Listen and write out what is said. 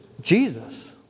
Jesus